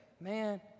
man